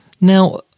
Now